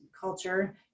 culture